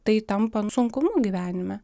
tai tampa sunkumu gyvenime